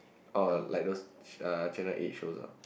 or like the uh channel eight shows ah